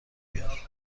بیار